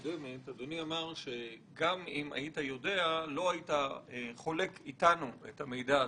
אדוני אמר שגם אם הוא היה יודע הוא לא היה חולק איתנו את המידע הזה.